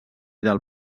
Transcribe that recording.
del